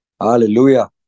Hallelujah